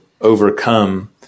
overcome